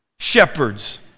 shepherds